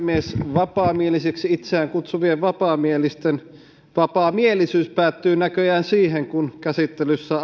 vapaamielisiksi itseään kutsuvien vapaamielisten vapaamielisyys päättyy näköjään siihen kun käsittelyssä